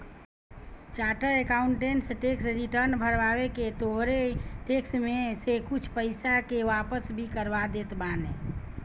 charter accountant tax return भरवा के तोहरी टेक्स में से कुछ पईसा के वापस भी करवा देत बाने